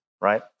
right